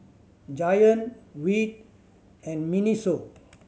Giant Veet and MINISO